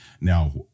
Now